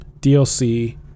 DLC